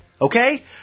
Okay